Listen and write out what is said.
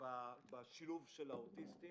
בשילוב של האוטיסטים,